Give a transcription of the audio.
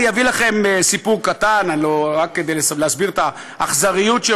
אני אביא לכם סיפור קטן רק כדי להסביר את האכזריות.